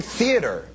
theater